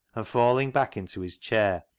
and falling back into his chair,